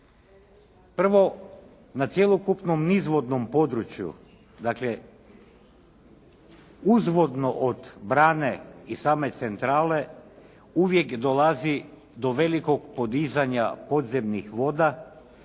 Prvo, na cjelokupnom izvodnom području, dakle uzvodno od brane i same centrale uvijek dolazi do velikog podizanja podzemnih voda